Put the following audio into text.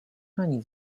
ani